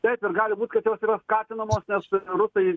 taip ir gali būt kad jos yra skatinamos nes rusai